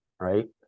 Right